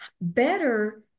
better